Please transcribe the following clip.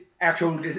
actual